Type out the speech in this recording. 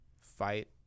fight